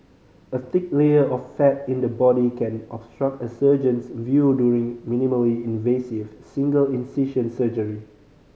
a thick layer of fat in the body can obstruct a surgeon's view during minimally invasive single incision surgery